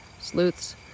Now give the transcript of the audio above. sleuths